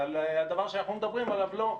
ועל הדבר שאנחנו מדברים עליו לא.